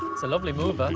so lovely move and